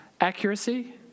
accuracy